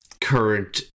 current